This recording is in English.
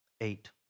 Eight